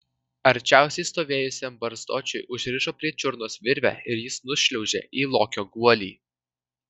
arčiausiai stovėjusiam barzdočiui užrišo prie čiurnos virvę ir jis nušliaužė į lokio guolį